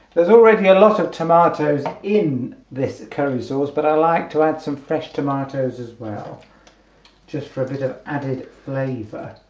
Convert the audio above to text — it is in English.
there's already a lot of tomatoes in this curry sauce but i like to add some fresh tomatoes as well just for a bit of added flavor